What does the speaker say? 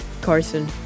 Carson